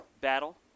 battle